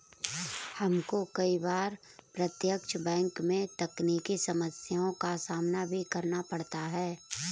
हमको कई बार प्रत्यक्ष बैंक में तकनीकी समस्याओं का सामना भी करना पड़ता है